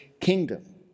kingdom